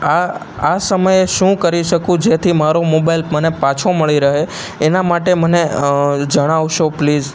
આ આ સમયે શું કરી શકું જેથી મારો મોબાઈલ મને પાછો મળી રહે એના માટે મને જણાવશો પ્લીઝ